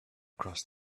cross